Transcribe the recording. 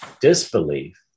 Disbelief